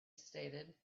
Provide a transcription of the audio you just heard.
stated